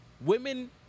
Women